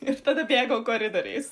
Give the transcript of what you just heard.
ir tada bėgau koridoriais